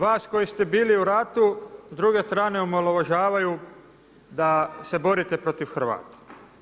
Vas koji ste bili u ratu, s druge strane omalovaženu da se borite protiv Hrvata.